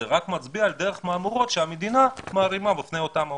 זה רק מצביע על מהמורות בדרך שהמדינה מערימה בפני אותם עולים.